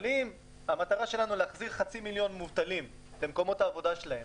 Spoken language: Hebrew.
אבל אם המטרה שלנו היא להחזיר חצי מיליון מובטלים למקומות העבודה שלהם,